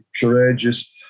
courageous